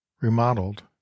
remodeled